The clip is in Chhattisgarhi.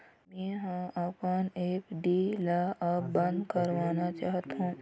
मै ह अपन एफ.डी ला अब बंद करवाना चाहथों